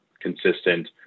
consistent